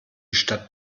stadt